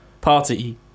party